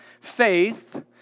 faith